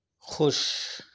خوش